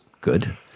good